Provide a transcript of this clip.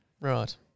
Right